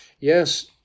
Yes